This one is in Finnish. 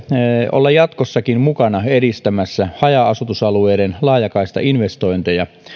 olla jatkossakin mukana edistämässä haja asutusalueiden laajakaistainvestointeja